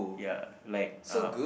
ya like uh